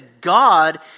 God